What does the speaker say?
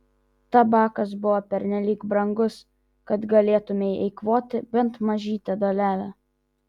tabakas buvo pernelyg brangus kad galėtumei eikvoti bent mažytę dalelę